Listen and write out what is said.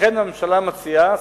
לכן הממשלה מציעה,